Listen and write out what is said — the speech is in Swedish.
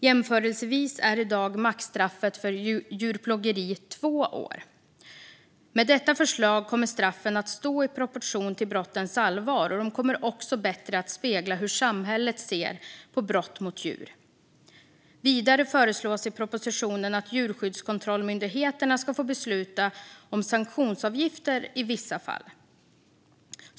Jämförelsevis är maxstraffet för djurplågeri i dag två år. Med detta förslag kommer straffen att stå i proportion till brottens allvar. De kommer också att bättre spegla hur samhället ser på brott mot djur. Vidare föreslås i propositionen att djurskyddskontrollmyndigheterna ska få besluta om sanktionsavgifter i vissa fall.